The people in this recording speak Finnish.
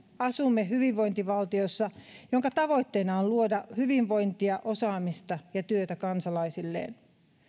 asumme hyvinvointivaltiossa jonka tavoitteena on luoda hyvinvointia osaamista ja työtä kansalaisilleen